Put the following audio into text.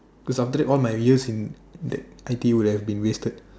cause after that all my years in the I_T_E would have been wasted